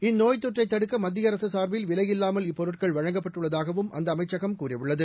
இந்நோய்த் தொற்றை தடுக்க மத்திய அரசு சார்பில் விலையில்லாமல் இப்பொருட்கள் வழங்கப்பட்டுள்ளதாகவும் அந்த அமைச்சகம் கூறியுள்ளது